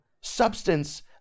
substance